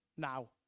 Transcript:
Now